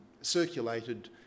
circulated